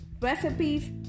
recipes